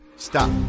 Stop